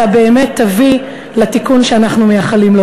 אלא באמת תביא לתיקון שאנחנו מייחלים לו.